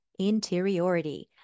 interiority